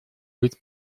быть